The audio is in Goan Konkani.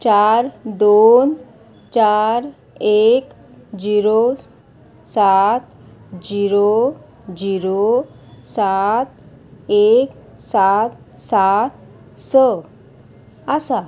चार दोन चार एक झिरो सात झिरो झिरो सात एक सात सात स आसा